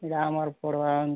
କିରା ଆମର ପଡ଼ବାନ୍